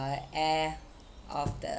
air of the